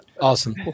Awesome